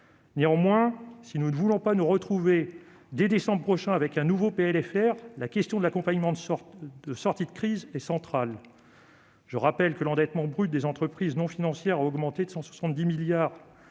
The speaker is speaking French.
Néanmoins, si nous ne voulons pas nous retrouver dès décembre prochain avec un nouveau PLFR, la question de l'accompagnement de sortie de crise est centrale. Je rappelle que l'endettement brut des entreprises non financières a augmenté de 170 milliards